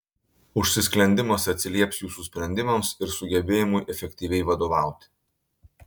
užsisklendimas atsilieps jūsų sprendimams ir sugebėjimui efektyviai vadovauti